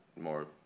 more